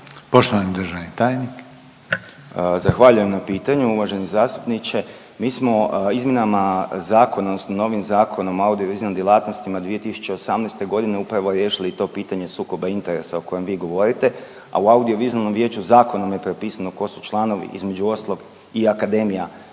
**Partl, Krešimir** Zahvaljujem na pitanju uvaženi zastupniče. Mi smo izmjenama zakona odnosno novim Zakonom o audiovizualnim djelatnostima 2018. godine upravo riješili i to pitanje sukoba interesa o kojem vi govorite, a u audiovizualnom vijeću zakonom je propisano tko su članovi, između ostalog i akademija